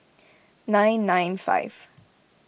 nine nine five